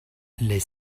les